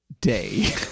day